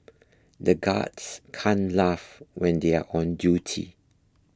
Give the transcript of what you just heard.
the guards can't laugh when they are on duty